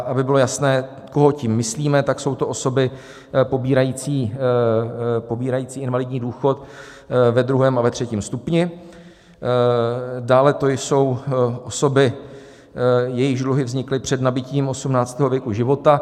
Aby bylo jasné, koho tím myslíme, tak jsou to osoby pobírající invalidní důchod ve druhém a ve třetím stupni, dále to jsou osoby, jejichž dluhy vznikly před nabytím 18 roku života.